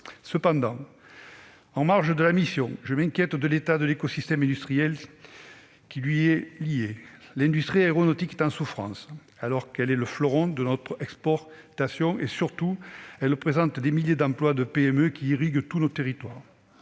Cependant, en marge de la mission, je m'inquiète de l'état de l'écosystème industriel qui lui est lié. L'industrie aéronautique est en souffrance, alors qu'elle est un fleuron de notre export et représente surtout des milliers d'emplois de PME qui irriguent nos territoires.